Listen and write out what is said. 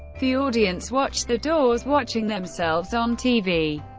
the audience watched the doors watching themselves on tv.